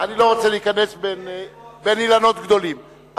אני לא רוצה להיכנס בין אילנות גדולים.